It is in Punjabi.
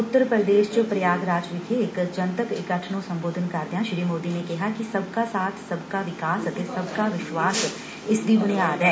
ਉਤਰ ਪ੍ਦੇਸ਼ ਚ ਪ੍ਯਾਗ ਰਾਜ ਵਿਖੇ ਇਕ ਜਨਤਕ ਇੱਕਠ ਨੂੰ ਸੰਬੋਧਨ ਕਰਦਿਆਂ ਸ੍ਰੀ ਮੋਦੀ ਨੇ ਕਿਹਾ ਕਿ ਸਬਕਾ ਸਾਥ ਸਬਕਾ ਵਿਕਾਸ ਅਤੇ ਸਬਕਾ ਵਿਸ਼ਵਾਸ਼ ਦੀ ਬੁਨਿਆਦ ਐ